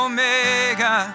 Omega